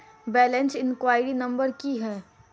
Balance inquiry number की है?